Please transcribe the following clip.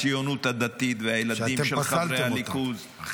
הציונות הדתית והילדים של חברי הליכוד -- שאתם פסלתם אותם.